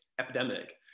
epidemic